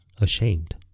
ashamed